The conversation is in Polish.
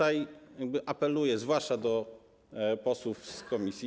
Apeluję zwłaszcza do posłów z komisji.